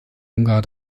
ungar